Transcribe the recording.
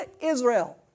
Israel